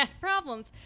problems